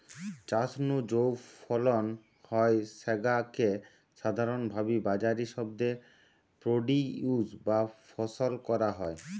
চাষ নু যৌ ফলন হয় স্যাগা কে সাধারণভাবি বাজারি শব্দে প্রোডিউস বা ফসল কয়া হয়